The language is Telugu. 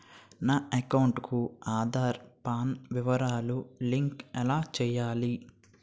నా అకౌంట్ కు ఆధార్, పాన్ వివరాలు లంకె ఎలా చేయాలి?